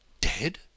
Dead